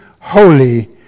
holy